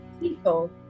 People